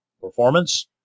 performance